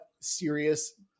serious